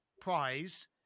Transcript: Prize